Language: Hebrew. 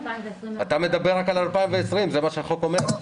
אתה מדבר רק על 2020, זה מה שהחוק אומר.